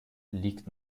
liegt